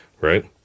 right